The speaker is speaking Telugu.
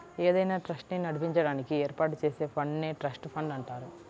ఏదైనా ట్రస్ట్ ని నడిపించడానికి ఏర్పాటు చేసే ఫండ్ నే ట్రస్ట్ ఫండ్ అంటారు